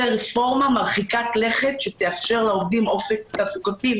רפורמה מרחיקת לכת שתאפשר לעובדים אופק תעסוקתי.